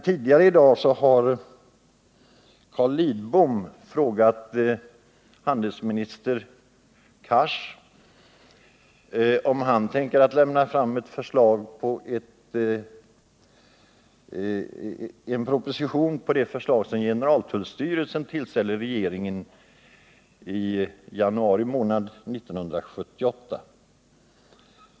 Tidigare i dag frågade Carl Lidbom handelsministern Cars om han kommer att lägga fram en proposition med anledning av det förslag som generaltullstyrelsen tillställde regeringen i januari månad 1978.